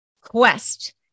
quest